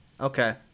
Okay